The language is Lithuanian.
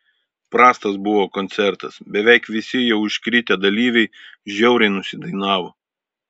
prastas buvo koncertas beveik visi jau iškritę dalyviai žiauriai nusidainavo